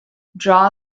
draw